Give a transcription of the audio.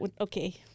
okay